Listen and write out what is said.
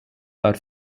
are